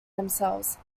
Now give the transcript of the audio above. themselves